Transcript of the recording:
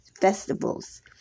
festivals